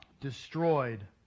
destroyed